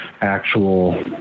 actual